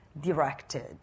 directed